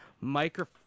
Micro